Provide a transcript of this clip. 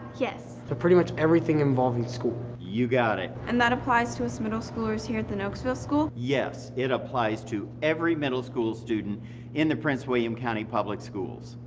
yes. so pretty much everything involving school. you got it. and that applies to us middle schoolers here at the nokesville school? yes, it applies to every middle school student in the prince william county public schools.